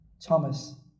Thomas